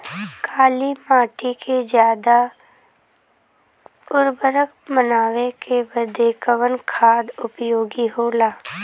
काली माटी के ज्यादा उर्वरक बनावे के बदे कवन खाद उपयोगी होला?